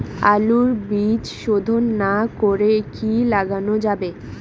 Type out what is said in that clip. আলুর বীজ শোধন না করে কি লাগানো যাবে?